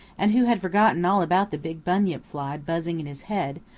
and who had forgotten all about the big bunyip fly buzzing in his head,